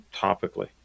topically